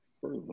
further